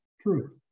True